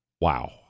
Wow